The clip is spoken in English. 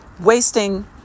Wasting